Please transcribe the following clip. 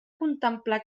contemplar